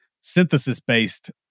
synthesis-based